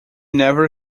never